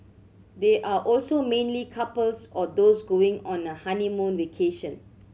they are also mainly couples or those going on a honeymoon vacation